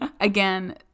again